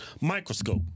microscope